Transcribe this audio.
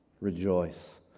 Rejoice